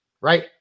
right